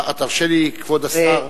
תרשה לי, כבוד השר,